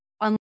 on